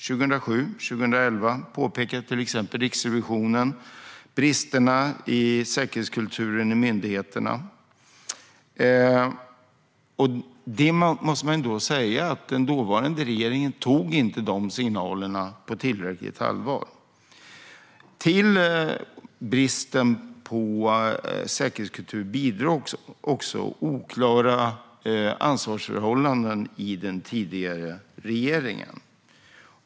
Till exempel påpekade 2007 och 2011 Riksrevisionen bristerna i säkerhetskulturen i myndigheterna. Man måste ändå säga att den dåvarande regeringen inte tog de signalerna på tillräckligt allvar. Till bristen på säkerhetskultur bidrog också oklara ansvarsförhållanden i den tidigare regeringen.